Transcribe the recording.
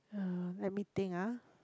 uh let me think ah